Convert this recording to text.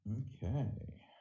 Okay